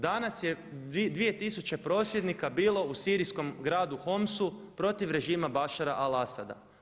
Danas je 2000 prosvjednika bilo u Sirijskom gradu Homsu protiv režima Bašar al-Asada.